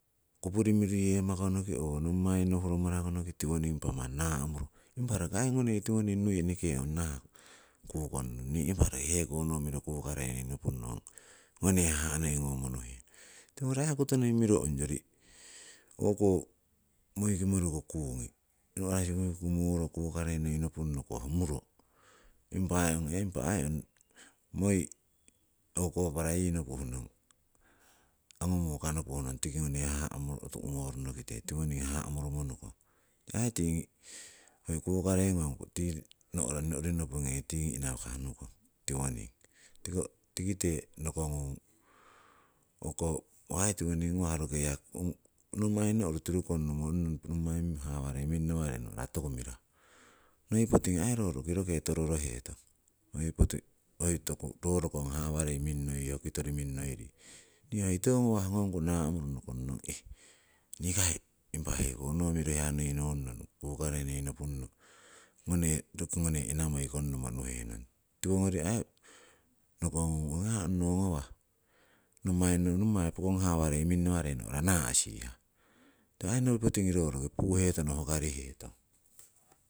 Kupuri miruyemakonoki oh nommaiyinno huromorokonoki tiwoning impah manni nahmuron, impah roriki kai tiwonin nui heneke ong kukonnon nii impah roki heko no miro kukarei nopunno gone haha' noi ngomo nuhenong, tiwoning kotoning miro honjori ohko moi kimoriko kuungi no'ra sukusukuromoro kukarei noi nopunno, owo muro impa ho moi poparai nopuhnong, angu muka nopuhnong, tikite tumoronokite tiwoning haha' moromo nukong. Nii aii tingi kukarei ngongku tii no'ra no'ri nopunge tii inakah nukong. Tiwoning tikite nokogon ohko ohai tiwoning ngawah roki yaki nommayinno orutiru konnomo on noi nommai awarei nohra toku murahu. Noi potigu hai ro roki roke tororoheton hoi oh rokon hawarei minnoiro, kitori minnoiri ne hoi tiwa gawah gonku namuro nokonnon nikai impah ehko noh miro hiya noi gonnoh kukare noi nopunno roki gone inamo konnomo huhenon. Tiwogori hai nokongung ong hiya onnowo ngawah, nommaiyino nommai pokon hawarei minawarei nohra naa'sihah. Tiko noi potingori roki puhetono hukariheton.